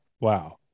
wow